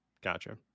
gotcha